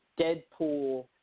Deadpool